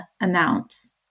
announce